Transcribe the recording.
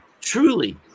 truly